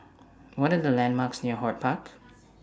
What Are The landmarks near HortPark